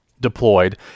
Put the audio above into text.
deployed